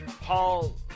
Paul